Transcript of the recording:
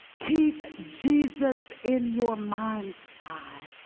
keep jesus in your mind's eye.